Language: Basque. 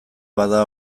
bada